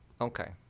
Okay